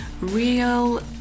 real